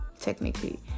technically